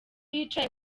yicaye